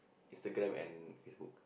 Instagram and Facebook